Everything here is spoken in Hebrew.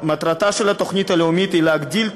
מטרתה של התוכנית הלאומית היא להגדיל את